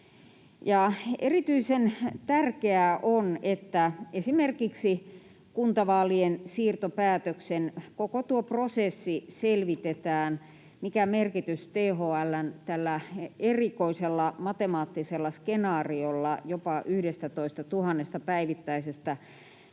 Erityisten tärkeää on, että selvitetään esimerkiksi kuntavaalien siirtopäätöksen koko prosessi ja se, mikä merkitys tällä THL:n erikoisella matemaattisella skenaariolla jopa 11 000 päivittäisestä